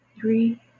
three